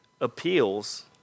appeals